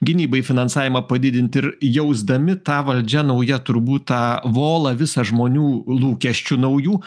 gynybai finansavimą padidint ir jausdami tą valdžia nauja turbūt tą volą visą žmonių lūkesčių naujų